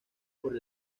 por